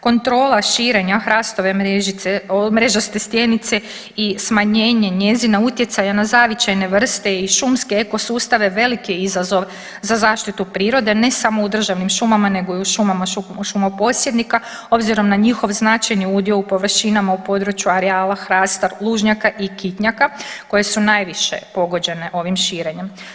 Kontrola širenja hrastove mrežice, mrežaste stjenice i smanjenje njezina utjecaja na zavičajne vrste i šumske ekosustave veliki je izazov za zaštitu prirode ne samo u državnim šumama nego i u šumama šumoposjednika obzirom na njihov značajni udio u površinama areala hrasta lužnjaka i kitnjaka koje su najviše pogođene ovim širenjem.